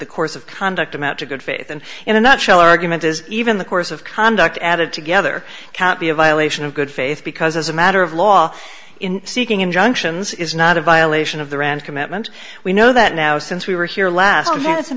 the course of conduct amount to good faith and in a nutshell argument is even the course of conduct added together can't be a violation of good faith because as a matter of law in seeking injunctions is not a violation of the ranch commitment we know that now since we were here last